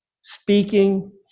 speaking